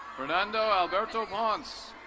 fernando alberto munz.